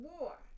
war